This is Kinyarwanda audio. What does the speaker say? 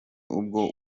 ubwo